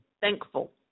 thankful